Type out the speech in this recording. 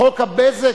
חוק הבזק,